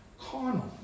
carnal